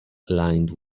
lined